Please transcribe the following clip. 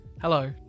hello